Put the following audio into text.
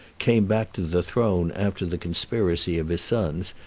came back to the throne after the conspiracy of his sons,